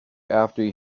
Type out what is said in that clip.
after